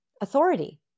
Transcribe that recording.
authority